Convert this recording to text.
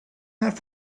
that